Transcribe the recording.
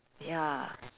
ya